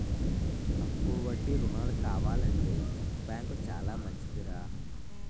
తక్కువ వడ్డీ రుణాలు కావాలంటే యెస్ బాంకు చాలా మంచిదిరా